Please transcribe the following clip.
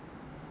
it it it